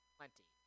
Plenty